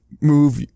move